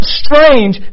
strange